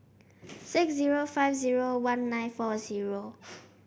six zero five zero one nine four zero